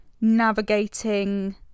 navigating